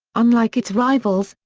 unlike its rivals,